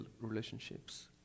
relationships